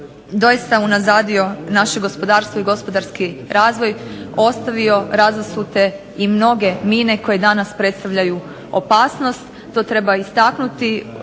doista unazadio naše gospodarstvo i gospodarski razvoj, ostavio razasute i mnoge mine koje danas predstavljaju opasnost. To treba istaknuti